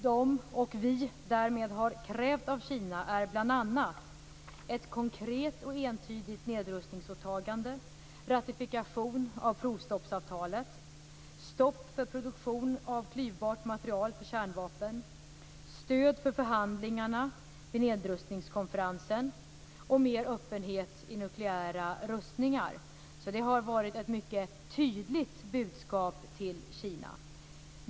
Det som vi har krävt av Kina är bl.a. ett konkret och entydigt nedrustningsåtagande, ratifikation av provstoppsavtalet, stopp för produktion av klyvbart material för kärnvapen, stöd för förhandlingarna vid nedrustningskonferensen och mer öppenhet i nukleära rustningar. Det är ett mycket tydligt budskap till Kina.